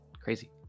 crazy